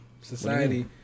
Society